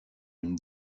une